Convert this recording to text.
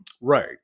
Right